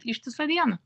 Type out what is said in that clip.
ištisą dieną